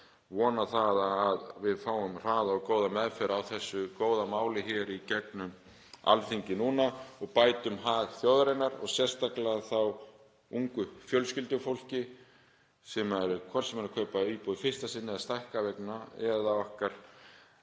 vona að við fáum hraða og góða meðferð á þessu góða máli í gegnum Alþingi núna og bætum hag þjóðarinnar og sérstaklega hag ungs fjölskyldufólks, hvort sem það er að kaupa íbúð í fyrsta sinn eða stækka við sig, og okkar